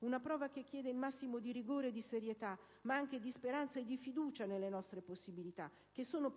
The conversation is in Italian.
Una prova che chiede il massimo di rigore e di serietà, ma anche di speranza e di fiducia nelle nostre possibilità, che sono